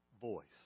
voice